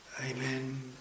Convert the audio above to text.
Amen